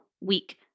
week